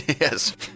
Yes